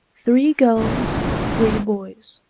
three girls, three boys,